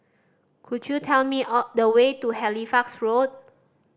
could you tell me the way to Halifax Road